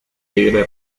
tigre